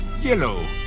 Yellow